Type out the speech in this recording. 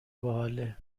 باحاله